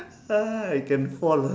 how I can fall ah